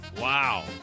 Wow